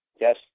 yes